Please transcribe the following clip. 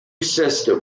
system